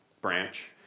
branch